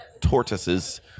tortoises